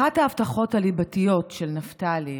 אחת ההבטחות הליבתיות של נפתלי,